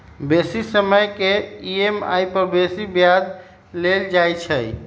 बेशी समय के ई.एम.आई पर बेशी ब्याज लेल जाइ छइ